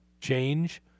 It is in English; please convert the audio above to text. change